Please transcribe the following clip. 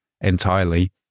entirely